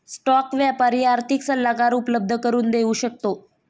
stock व्यापारी आर्थिक सल्लागार उपलब्ध करून देऊ शकतो